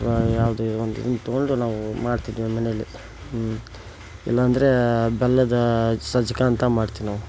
ಅಥವಾ ಯಾವುದೇ ಒಂದು ಇದನ್ ತಗೊಂಡು ನಾವು ಮಾಡ್ತಿದ್ವಿ ನಮ್ಮ ಮನೆಲ್ಲಿ ಇಲ್ಲಾಂದರೆ ಬೆಲ್ಲದ ಸಜ್ಜಕ ಅಂತ ಮಾಡ್ತೀವಿ ನಾವು